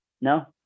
No